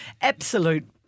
Absolute